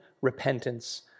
repentance